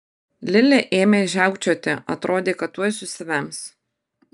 lili ėmė žiaukčioti atrodė kad tuoj susivems